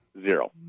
Zero